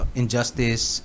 injustice